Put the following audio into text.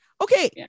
Okay